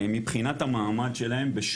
מבחינת המעמד שלהם,